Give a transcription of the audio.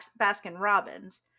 Baskin-Robbins